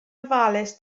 ofalus